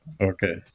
Okay